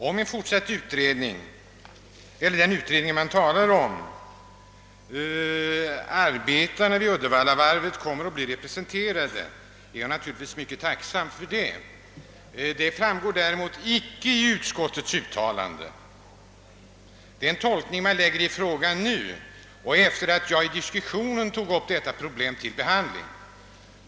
Herr talman! Om arbetarna vid Uddevallavarvet kommer att bli representerade i en fortsatt utredning eller i den utredning, som det här talas om, är jag mycket tacksam för detta. Det framgår däremot inte av utskottets skrivning, utan det är den tolkning, som man nu lägger in i skrivningen efter det att jag i diskussionen tog upp detta problem till behandling.